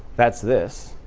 that's this.